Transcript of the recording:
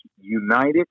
united